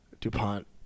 DuPont